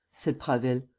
said prasville.